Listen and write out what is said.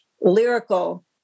lyrical